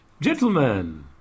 Gentlemen